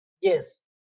yes